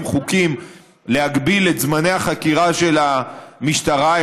חוקים להגביל את זמני החקירה של המשטרה,